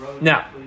Now